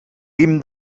guim